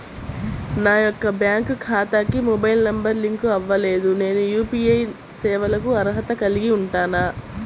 నా యొక్క బ్యాంక్ ఖాతాకి మొబైల్ నంబర్ లింక్ అవ్వలేదు నేను యూ.పీ.ఐ సేవలకు అర్హత కలిగి ఉంటానా?